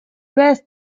best